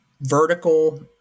vertical